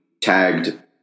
tagged